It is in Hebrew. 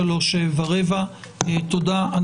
תודה רבה.